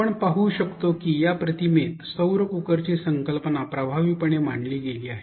आपण पाहू शकतो की या प्रतिमेत सौर कुकरची संकल्पना प्रभावीपणे मांडली गेली आहे